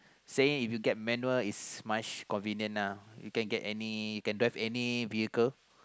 saying if you get manual is much convenient uh you can get any you can drive any vehicle